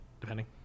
depending